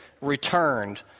returned